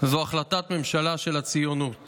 וזו החלטת ממשלה של הציונות.